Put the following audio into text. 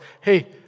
hey